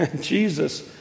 Jesus